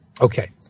Okay